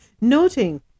noting